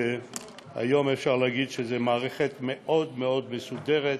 היום אפשר להגיד שזו מערכת מאוד מאוד מסודרת,